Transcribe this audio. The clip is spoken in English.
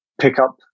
pickup